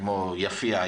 כמו יפיע,